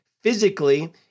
physically